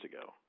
ago